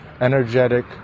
energetic